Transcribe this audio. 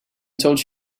told